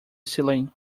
ceiling